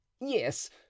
Yes